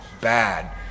bad